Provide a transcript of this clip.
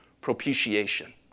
propitiation